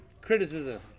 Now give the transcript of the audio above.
criticism